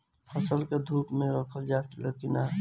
फसल के धुप मे रखल जाला कि न?